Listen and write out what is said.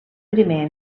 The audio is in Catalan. primer